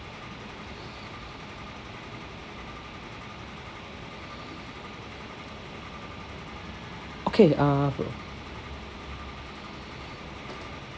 okay uh